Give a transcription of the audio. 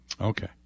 okay